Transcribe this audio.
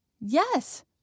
Yes